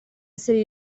essere